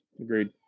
agreed